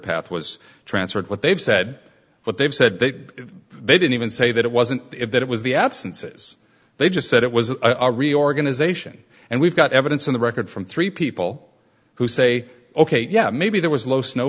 path was transferred what they've said what they've said that they didn't even say that it wasn't that it was the absences they just said it was a reorganization and we've got evidence on the record from three people who say ok yeah maybe that was low snow